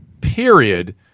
period